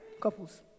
couples